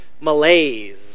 malaise